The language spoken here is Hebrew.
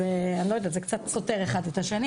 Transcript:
אז אני לא יודעת, זה קצת סותר אחד את השני.